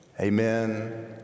amen